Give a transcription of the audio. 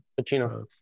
pacino